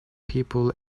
people